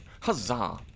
Huzzah